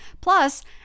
Plus